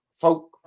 folk